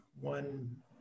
one